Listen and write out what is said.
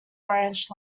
branch